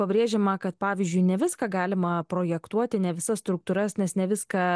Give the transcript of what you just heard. pabrėžiama kad pavyzdžiui ne viską galima projektuoti ne visas struktūras nes ne viską